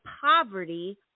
poverty